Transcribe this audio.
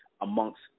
amongst